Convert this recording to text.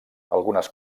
algunes